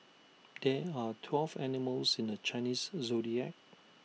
there are twelve animals in the Chinese Zodiac